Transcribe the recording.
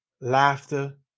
laughter